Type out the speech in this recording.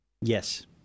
Yes